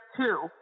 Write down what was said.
two